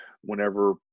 whenever